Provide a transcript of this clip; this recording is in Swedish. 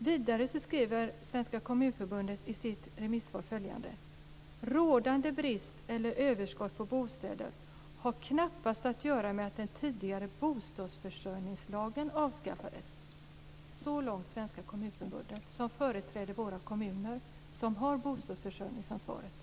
Vidare skriver Svenska Kommunförbundet i sitt remissvar följande: "Rådande brist eller överskott på bostäder har knappast att göra med att den tidigare bostadsförsörjningslagen avskaffades." Så långt Svenska Kommunförbundet som företräder våra kommuner, vilka har bostadsförsörjningsansvaret.